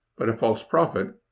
but a false prophet?